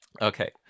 Okay